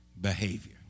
behavior